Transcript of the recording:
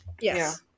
Yes